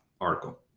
article